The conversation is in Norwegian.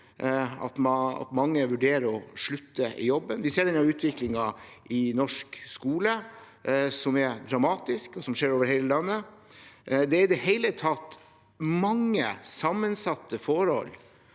at mange vurderer å slutte i jobben. Vi ser denne utviklingen i norsk skole, som er dramatisk, og som skjer over hele landet. Det er i det hele tatt mange sammensatte forhold